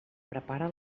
prepara